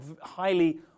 highly